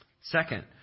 Second